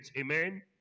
Amen